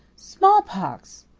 smallpox!